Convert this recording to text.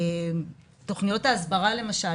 תוכניות ההסברה למשל,